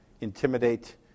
intimidate